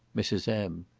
mrs. m.